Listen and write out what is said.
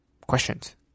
Questions